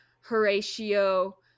horatio